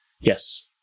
yes